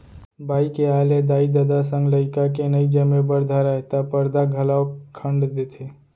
बाई के आय ले दाई ददा संग लइका के नइ जमे बर धरय त परदा घलौक खंड़ देथे